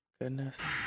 Goodness